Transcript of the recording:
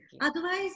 Otherwise